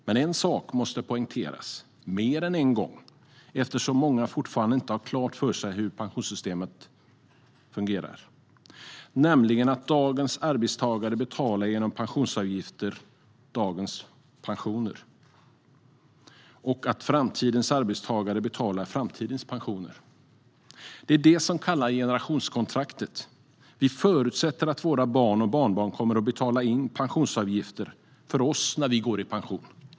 Men en sak måste poängteras mer än en gång, eftersom många fortfarande inte har klart för sig hur pensionssystemet fungerar: Dagens arbetstagare betalar genom pensionsavgifter dagens pensioner, och framtidens arbetstagare betalar framtidens pensioner. Det är det vi kallar generationskontraktet. Vi förutsätter att våra barn och barnbarn kommer att betala in pensionsavgifter för oss när vi går i pension.